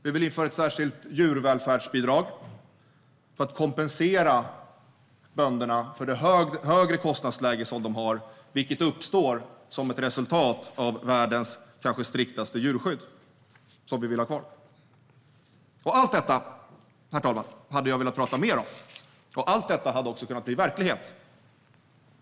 Vi vill införa ett särskilt djurvälfärdsbidrag för att kompensera bönderna för det högre kostnadsläge som de har, vilket uppstår som ett resultat av världens kanske striktaste djurskydd - som vi vill ha kvar. Allt detta hade jag velat prata mer om, herr talman, och allt detta hade också kunnat bli verklighet.